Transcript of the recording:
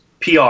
PR